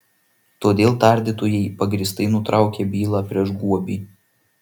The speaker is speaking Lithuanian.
todėl tardytojai pagrįstai nutraukė bylą prieš guobį